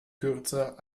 kürzer